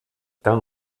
tan